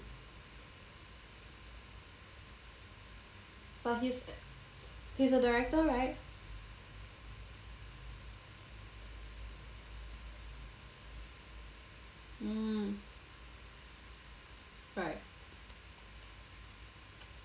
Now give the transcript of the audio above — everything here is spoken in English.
but his he's a director right mm right